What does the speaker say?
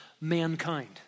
mankind